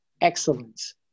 excellence